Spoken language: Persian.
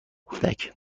کودک